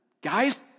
Guys